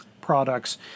products